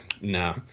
no